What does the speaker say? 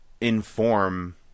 inform